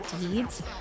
deeds